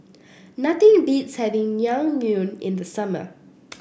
nothing beats having Naengmyeon in the summer